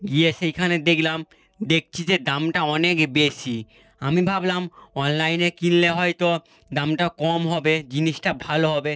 গিয়ে সেইখানে দেখলাম দেখছি যে দামটা অনেক বেশি আমি ভাবলাম অনলাইনে কিনলে হয়তো দামটা কম হবে জিনিসটা ভালো হবে